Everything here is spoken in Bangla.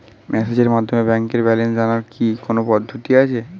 মেসেজের মাধ্যমে ব্যাংকের ব্যালেন্স জানার কি কোন পদ্ধতি আছে?